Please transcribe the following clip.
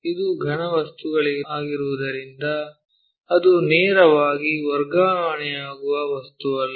ಇದು ಘನ ವಸ್ತುವಾಗಿರುವುದರಿಂದ ಅದು ನೇರವಾಗಿ ವರ್ಗಾವಣೆಯಾಗುವ ವಸ್ತುವಲ್ಲ